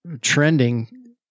trending